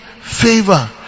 favor